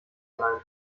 sein